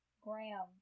Graham